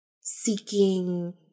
seeking